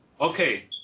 Okay